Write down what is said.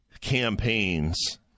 campaigns